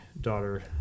daughter